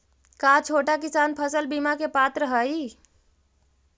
का छोटा किसान फसल बीमा के पात्र हई?